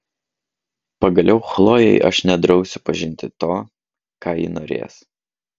pagaliau chlojei aš nedrausiu pažinti to ką ji norės